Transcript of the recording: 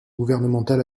gouvernementale